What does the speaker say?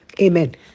Amen